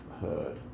heard